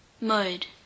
Mode